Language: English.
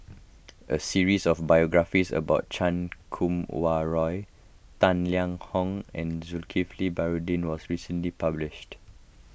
a series of biographies about Chan Kum Wah Roy Tang Liang Hong and Zulkifli Baharudin was recently published